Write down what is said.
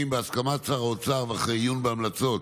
בהסכמת שר האוצר ואחרי עיון בהמלצות